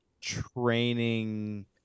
training